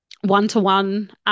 one-to-one